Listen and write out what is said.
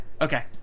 okay